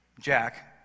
jack